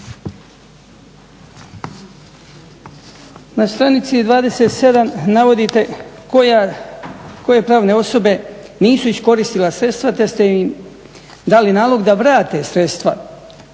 Na stranici 27 navodite koje pravne osobe nisu iskoristile sredstva te ste im dali nalog da vrate sredstva,